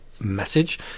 message